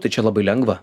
tai čia labai lengva